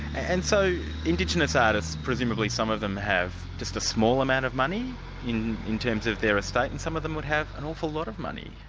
and so indigenous artists, presumably some of them have just a small amount of money in in terms of their estate, and some of them would have an awful lot of money?